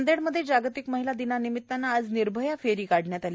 नांदेडमध्ये जागतिक महिला दिनानिमित्तानं आज निर्भया फेरी काढण्यात आली